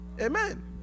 Amen